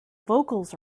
vocals